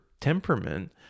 temperament